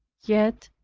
yet,